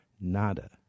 nada